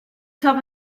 top